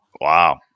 Wow